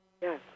Yes